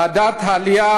ועדת העלייה,